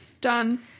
Done